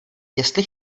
jestli